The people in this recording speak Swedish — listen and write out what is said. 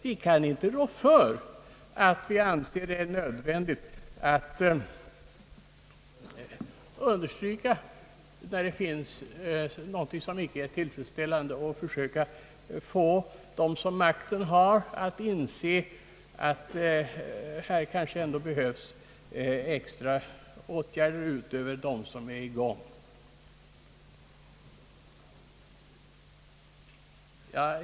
Vi kan inte rå för att vi anser det nödvändigt att understryka att det finns sådant som inte är tillfredsställande och som är nödvändigt att försöka få dem som makten har att inse att det kanske ändå behövs extra åtgärder utöver dem som är i gång.